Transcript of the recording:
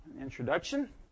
introduction